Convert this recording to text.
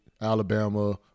Alabama